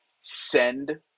send